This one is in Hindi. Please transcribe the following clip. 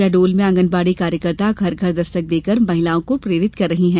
शहडोल में आंगनबाड़ी कार्यकर्ता घर घर दस्तक देकर महिलाओं को प्ररित कर रही हैं